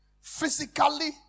physically